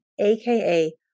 aka